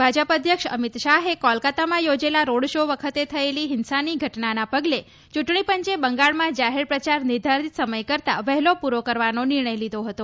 ભાજપના અધ્યક્ષ અમિત શાહે કોલકાતામાં યોજેલા રોડ શો વખતે થયેલી હિંસાની ઘટનાના પગલે ચૂંટણી પંચે બંગાળમાં જાહેર પ્રચાર નિર્ધારિત સમય કરતા વહેલો પૂરો કરવાનો નિર્ણય લીધો હતો